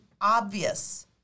obvious